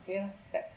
okay ah done